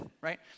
right